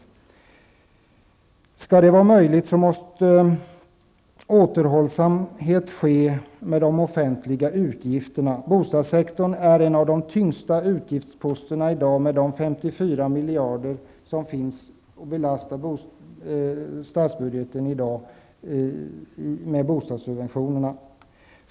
För att detta skall vara möjligt måste det finnas en återhållsamhet beträffande de offentliga utgifterna. Bostadssektorn är i dag en av de tyngsta utgiftsposterna i och med de 54 miljarder som statsbudgeten belastas med i form av bostadssubventioner.